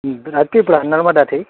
Rajpipla નર્મદાથી